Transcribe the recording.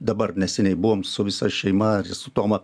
dabar neseniai buvom su visa šeima su toma